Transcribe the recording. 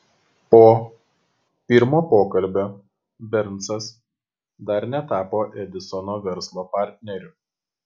po pirmo pokalbio bernsas dar netapo edisono verslo partneriu